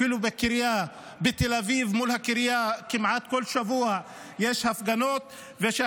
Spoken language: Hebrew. אפילו בתל אביב מול הקריה יש הפגנות כמעט בכל שבוע.